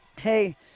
hey